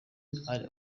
ali